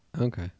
Okay